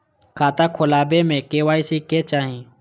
खाता खोला बे में के.वाई.सी के चाहि?